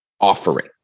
offering